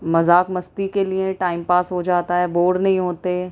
مذاق مستی کے لیے ٹائم پاس ہو جاتا ہے بور نہیں ہوتے ہیں